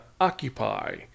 occupy